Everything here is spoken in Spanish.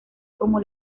como